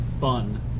fun